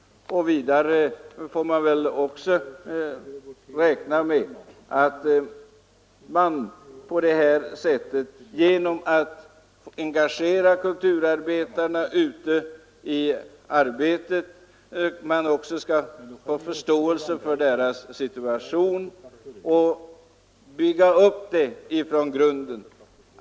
Vidare får man väl också räkna med att det, genom att kulturarbetarna engageras, skapas förståelse för deras situation.